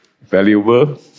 Valuable